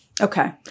Okay